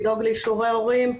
לאישורי ההורים,